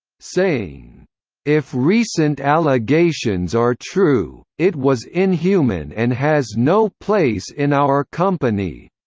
saying if recent allegations are true, it was inhuman and has no place in our company.